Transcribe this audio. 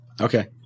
Okay